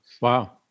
Wow